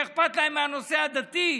שאכפת להן מהנושא הדתי.